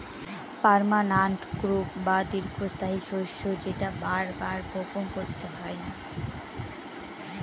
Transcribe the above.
permanent crop বা দীর্ঘস্থায়ী শস্য যেটা বার বার বপন করতে হয় না